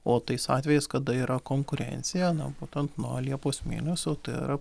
o tais atvejais kada yra konkurencija būtent nuo liepos mėnesio tai yra